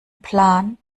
plan